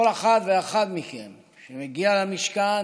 כל אחד ואחד מכם שמגיע למשכן